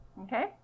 Okay